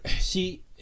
See